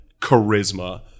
charisma